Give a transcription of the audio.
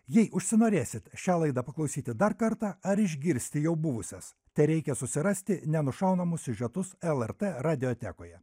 jei užsinorėsit šią laidą paklausyti dar kartą ar išgirsti jau buvusias tereikia susirasti nenušaunamus siužetus lrt radiotekoje